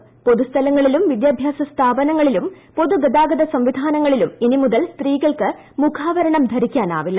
നിരോധനം പൊതുസ്ഥലങ്ങളിലുംവിദ്യാഭ്യാസസ്മാപനങ്ങളിലുംപൊതുഗതാഗതസം വിധാനങ്ങളിലും ഇനി മുതൽസ്ത്രീകൾക്ക്മുഖാവരണം ധരിക്കാനാവില്ല